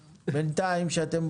בינתיים,